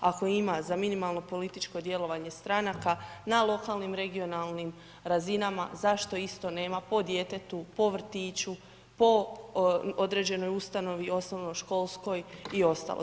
Ako ima za minimalno političko djelovanje stranka na lokalnim, regionalnim razinama, zašto isto nema po djetetu, po vrtiću, po određenoj ustanovi osnovnoškolskoj i ostalo.